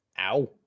ow